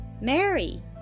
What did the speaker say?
Mary